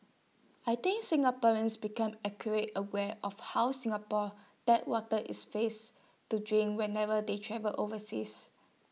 I think Singaporeans become acute aware of how Singapore's tap water is face to drink whenever they travel overseas